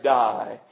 die